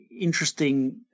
interesting